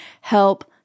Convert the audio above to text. help